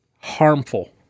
harmful